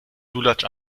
lulatsch